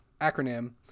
acronym